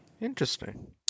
Interesting